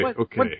okay